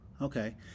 Okay